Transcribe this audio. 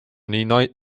nii